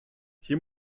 hier